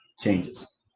changes